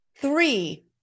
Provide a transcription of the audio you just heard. three